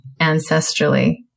ancestrally